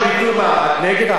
תודה רבה.